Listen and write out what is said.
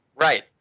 Right